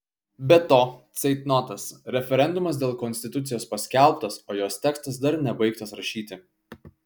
be to ceitnotas referendumas dėl konstitucijos paskelbtas o jos tekstas dar nebaigtas rašyti